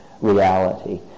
reality